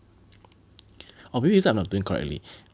or maybe it's I'm not doing correctly